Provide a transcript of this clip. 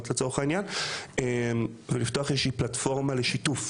לצורך העניין ולפתוח איזו שהיא פלטפורמה לשיתוף,